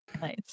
Nice